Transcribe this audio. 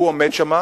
הוא עומד שם,